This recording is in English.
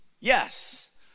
yes